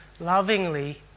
lovingly